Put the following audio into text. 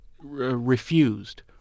refused